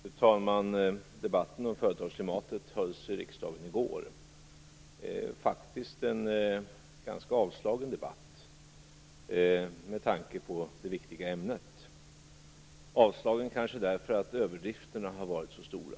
Fru talman! Debatten om företagsklimatet hölls i riksdagen i går. Det var faktiskt en ganska avslagen debatt, med tanke på det viktiga ämnet. Den var avslagen kanske därför att överdrifterna har varit så stora.